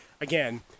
again